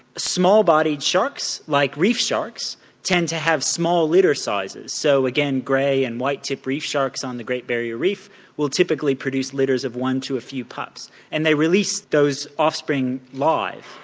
small bodied sharks like reef sharks tend to have small litter sizes so again grey and white tipped reef sharks on the great barrier reef will typically produce litters of one to a few pups and they release those offspring live.